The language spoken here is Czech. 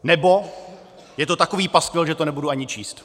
Nebo: je to takový paskvil, že to nebudu ani číst.